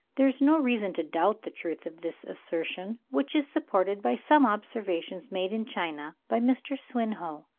there is no reason to doubt the truth of this assertion, which is supported by some observations made in china by mr. swinhoe.